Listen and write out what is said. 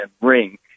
ring